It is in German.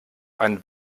einen